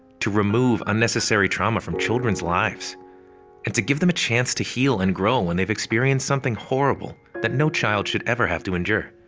to remove unnecessary trauma from children's lives and to give them a chance to heal and grow when they've experienced something horrible that no child should ever have to endure.